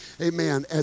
Amen